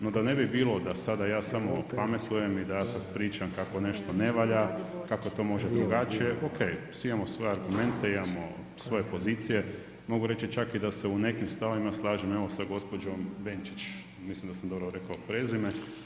No, da ne bi bilo da sada ja samo pametujem i da ja sada pričam kako nešto ne valja, kako to može drugačije, ok, svi imamo svoje argumente, imamo svoje pozicije, mogu reći čak i da se u nekim stavovima slažem evo sa gospođom Benčić, mislim da sam dobro rekao prezime.